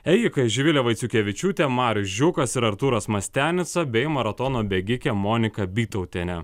ėjikai živilė vaiciukevičiūtė marius žiūkas ir arturas mastianica bei maratono bėgikė monika bytautienė